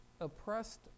oppressed